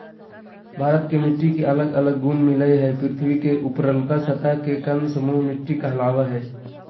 भारत के मिट्टी के अलग अलग गुण मिलअ हई, पृथ्वी के ऊपरलका सतह के कण समूह मिट्टी कहलावअ हई